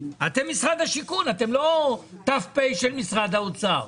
אתם משרד השיכון ולא ת"פ של משרד האוצר.